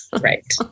Right